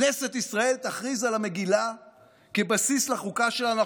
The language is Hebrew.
כנסת ישראל תכריז על המגילה כבסיס לחוקה שלנו,